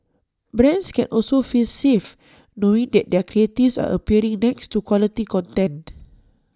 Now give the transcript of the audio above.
brands can also feel safe knowing that their creatives are appearing next to quality content